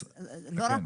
כן.